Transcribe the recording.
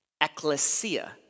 Ecclesia